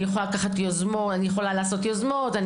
אני יכולה לעשות יוזמות,